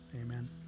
Amen